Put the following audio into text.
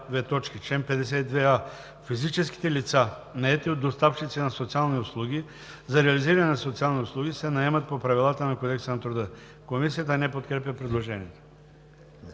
„Чл. 52а. Физическите лица, наети от доставчици на социални услуги за реализиране на социални услуги, се наемат по правилата на Кодекса на труда.“ Комисията не подкрепя предложението.